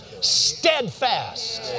steadfast